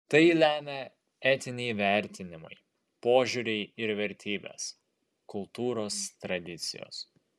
tai lemia etiniai vertinimai požiūriai ir vertybės kultūros tradicijos